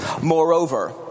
Moreover